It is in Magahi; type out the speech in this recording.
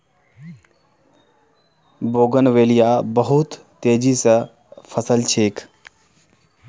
बोगनवेलिया बहुत तेजी स फैल छेक